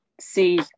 see